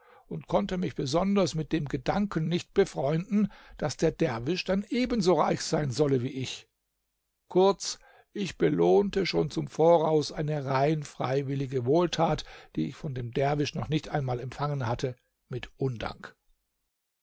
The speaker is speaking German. und konnte mich besonders mit dem gedanken nicht befreunden daß der derwisch dann ebenso reich sein solle wie ich kurz ich belohnte schon zum voraus eine rein freiwillige wohltat die ich von dem derwisch noch nicht einmal empfangen hatte mit undank